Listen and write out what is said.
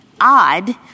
odd